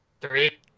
Three